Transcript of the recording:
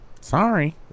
sorry